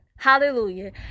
Hallelujah